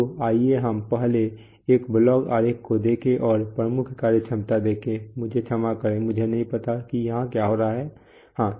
तो आइए हम पहले एक ब्लॉक आरेख को देखें और प्रमुख कार्यक्षमता देखें मुझे क्षमा करें मुझे नहीं पता कि यहाँ क्या हो रहा है हाँ